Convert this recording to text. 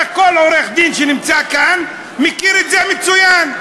כל עורך-דין שנמצא כאן מכיר את זה מצוין.